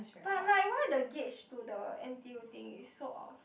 but like why the gauge to the N_T_U thing is so off